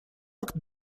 акт